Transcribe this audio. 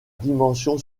dimension